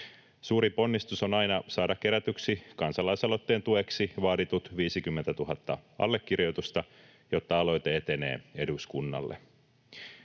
Suuri ponnistus on aina saada kerätyksi kansalaisaloitteen tueksi vaaditut 50 000 allekirjoitusta, jotta aloite etenee eduskunnalle.